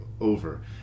over